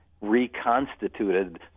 reconstituted